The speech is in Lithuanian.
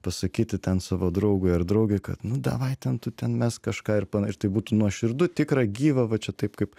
pasakyti ten savo draugui ar draugei kad nu davai ten tu ten mesk kažką ir panaš tai būtų nuoširdu tikra gyva va čia taip kaip